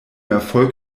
erfolg